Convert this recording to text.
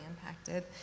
impacted